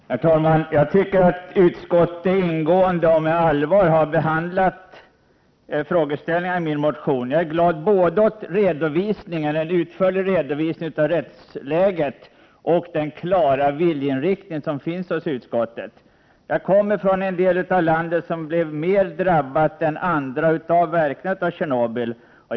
Herr talman! Jag tycker att utskottet ingående och med allvar har behandlat frågeställningarna i min motion. Jag är glad både för den utförliga redovisningen av rättsläget och för den klara viljeinriktning som finns i utskottet. Jag kommer från en del av landet som blev mer drabbat än andra delar av verkningarna av Tjernobylolyckan.